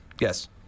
Yes